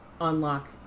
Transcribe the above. unlock